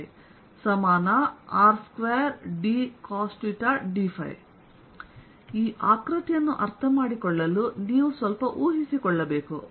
dVdrrdθrsinθdϕr2sinθdθdϕr2dcosθdϕ ಈ ಆಕೃತಿಯನ್ನು ಅರ್ಥಮಾಡಿಕೊಳ್ಳಲು ನೀವು ಸ್ವಲ್ಪ ಊಹಿಸಿಕೊಳ್ಳಬೇಕು